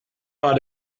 war